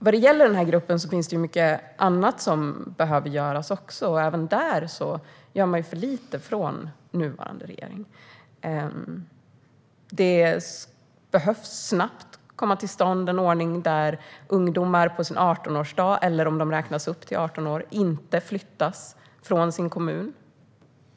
Det behöver göras mycket annat för denna grupp. Även där gör nuvarande regering för lite. Det behöver snabbt komma till stånd en ordning där ungdomar på sin 18-årsdag, eller om deras ålder räknas upp till 18 år, inte flyttas från kommunen.